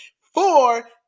Four